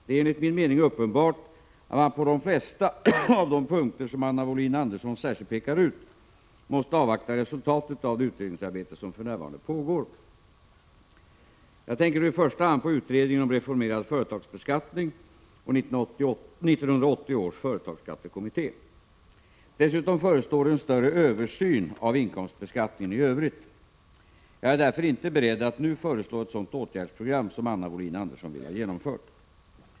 Det är enligt min mening uppenbart att man på de flesta av de punkter som Anna Wohlin Andersson särskilt pekar ut måste avvakta resultatet av det utredningsarbete som för närvarande pågår. Jag tänker då i första hand på utredningen om reformerad företagsbeskattning och 1980 års företagsskattekommitté . Dessutom förestår en större översyn av inkomstbeskattningen i övrigt. Jag är därför inte beredd att nu föreslå ett sådant åtgärdsprogram som Anna Wohlin-Andersson vill ha genomfört.